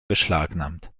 beschlagnahmt